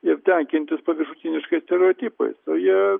ir tenkintis paviršutiniškais stereotipais o jie